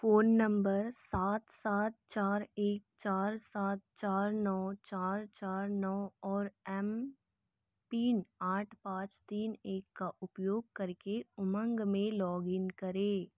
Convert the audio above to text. phone number सात सात चार एक चार सात चार नौ चार चार नौ और एमपिन आठ पाँच तीन एक का उपयोग करके उमंग में लॉग इन करें